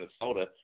Minnesota